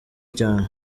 cyane